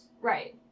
Right